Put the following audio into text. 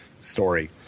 story